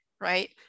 right